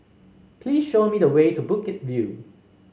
please show me the way to Bukit View